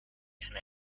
and